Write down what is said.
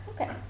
Okay